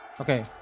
Okay